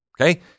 Okay